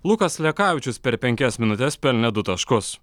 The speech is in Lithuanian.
lukas lekavičius per penkias minutes pelnė du taškus